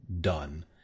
done